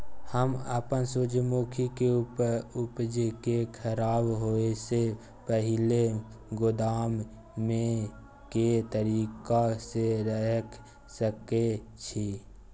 हम अपन सूर्यमुखी के उपज के खराब होयसे पहिले गोदाम में के तरीका से रयख सके छी?